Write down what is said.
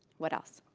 what else?